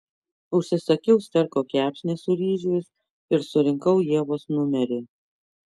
užsisakiau sterko kepsnį su ryžiais ir surinkau ievos numerį